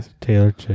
Taylor